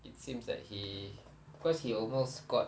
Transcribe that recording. it seems like he cause he almost got